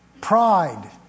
pride